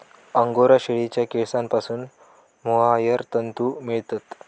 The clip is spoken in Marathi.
अंगोरा शेळीच्या केसांपासून मोहायर तंतू मिळतात